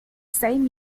same